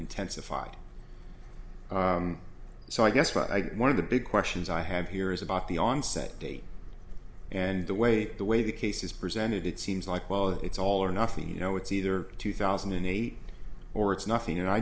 intensified so i guess by one of the big questions i have here is about the onset date and the way that the way the case is presented it seems like well it's all or nothing you know it's either two thousand and eight or it's nothing and i